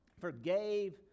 Forgave